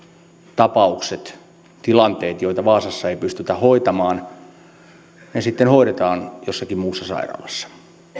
tapaukset tilanteet joita vaasassa ei pystytä hoitamaan sitten hoidetaan jossakin muussa sairaalassa